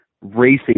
racing